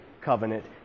covenant